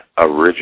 Original